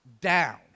down